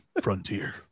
frontier